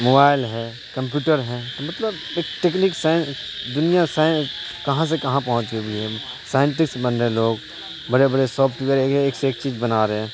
mobile ہے computer ہے مطلب ایک ٹیکنیک دنیا کہاں سے کہاں پہنچ گئی ہے سائنٹسٹ بن رہے لوگ بڑے بڑے سافٹ ویئر ایک سے ایک چیز بنا رہے ہیں